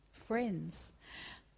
Friends